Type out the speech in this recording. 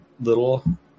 little